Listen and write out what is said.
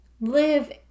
live